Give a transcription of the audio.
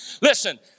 Listen